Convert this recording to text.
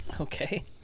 Okay